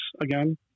again